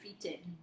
defeated